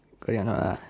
oh ya not lah